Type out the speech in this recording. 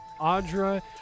Audra